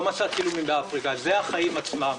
זה החיים עצמם,